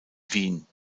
wien